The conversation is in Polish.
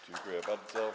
Dziękuję bardzo.